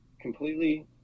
completely